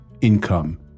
income